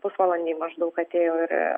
pusvalandį maždaug atėjo ir